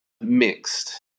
mixed